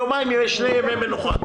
מי בעד הצעת החוק,